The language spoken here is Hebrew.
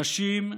נשים,